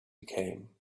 became